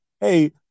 hey